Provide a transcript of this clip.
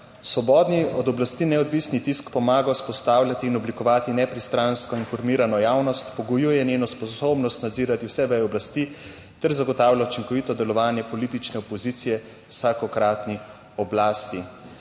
»Svobodni, od oblasti neodvisni tisk, pomaga vzpostavljati in oblikovati nepristransko informirano javnost, pogojuje njeno sposobnost nadzirati vse veje oblasti ter zagotavlja učinkovito delovanje politične opozicije vsakokratni oblasti.«